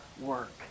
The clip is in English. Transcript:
work